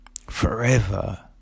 forever